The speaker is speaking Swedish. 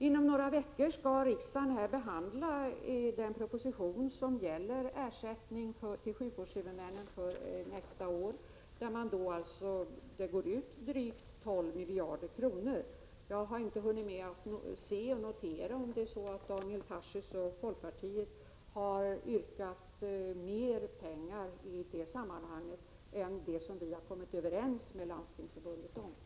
Inom några veckor skall riksdagen behandla den proposition som gäller ersättning till sjukvårdshuvudmännen för nästa år, vilken uppgår till drygt 12 miljarder kronor. Jag har inte hunnit med att titta efter om Daniel Tarschys och folkpartiet i det sammanhanget har yrkat på mer pengar än vad vi har kommit överens med Landstingsförbundet om.